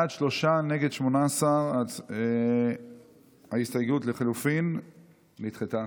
בעד, שלושה, נגד, 18. ההסתייגות לחלופין נדחתה.